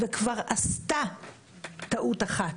היא כבר עשתה טעות אחת,